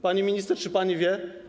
Pani minister, czy pani wie?